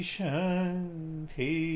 Shanti